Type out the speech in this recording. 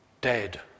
Dead